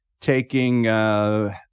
taking